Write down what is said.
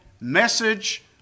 message